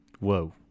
whoa